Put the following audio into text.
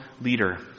leader